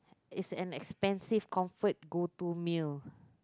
is an expensive comfort go to meal